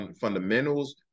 fundamentals